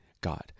God